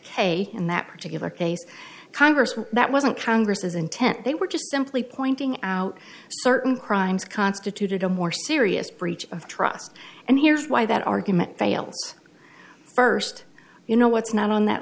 k in that particular case congress was that wasn't congress's intent they were just simply pointing out certain crimes constituted a more serious breach of trust and here's why that argument fails first you know what's not on that